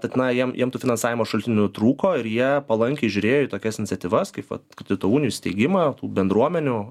tad na jiem jiem tų finansavimo šaltinių trūko ir jie palankiai žiūrėjo į tokias iniciatyvas kaip vat kredito unijų steigimą bendruomenių